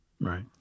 Right